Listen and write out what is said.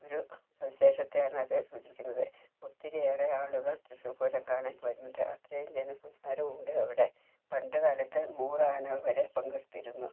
ഒരു വിശേഷത്തെയാണ് അത് സൂചിപ്പിക്കുന്നത് ഒത്തിരിയേറെ ആളുകൾ തൃശ്ശൂർ പൂരം കാണാൻ വരുന്നുണ്ട് അത്രയും ജനസഞ്ചാരം ഉണ്ട് അവിടെ പണ്ടുകാലത്ത് നൂറ് ആനകൾ വരെ പങ്കെടുത്തിരുന്നു